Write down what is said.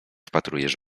wpatrujesz